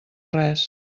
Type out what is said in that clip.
res